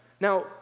Now